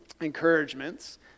encouragements